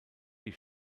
die